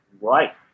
Right